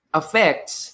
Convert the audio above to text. affects